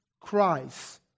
Christ